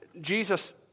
Jesus